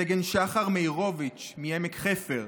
סגן שחר מאירוביץ' מעמק חפר,